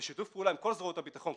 בשיתוף פעולה עם כל זרועות הביטחון,